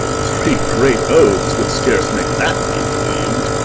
three great oaths would scarce make that be believed.